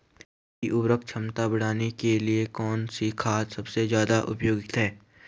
मिट्टी की उर्वरा क्षमता बढ़ाने के लिए कौन सी खाद सबसे ज़्यादा उपयुक्त है?